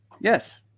Yes